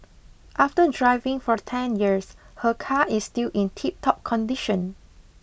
after driving for ten years her car is still in tiptop condition